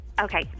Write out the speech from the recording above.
okay